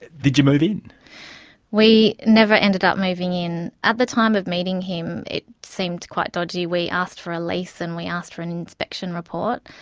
did you move in? we never ended up moving in. at the time of meeting him it seemed quite dodgy. we asked for a lease, and we asked for an inspection report,